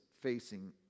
facing